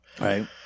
Right